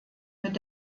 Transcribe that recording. mit